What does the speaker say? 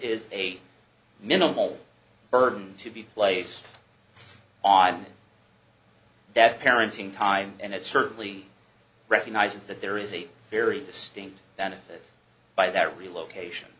is a minimal burden to be placed on that parenting time and it certainly recognizes that there is a very distinct benefit by that relocation